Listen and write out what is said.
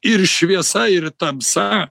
ir šviesa ir tamsa